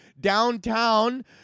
downtown